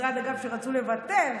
משרד שרצו לבטל,